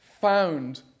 found